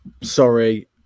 sorry